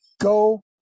go